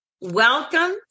welcome